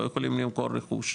לא יכולים למכור רכוש,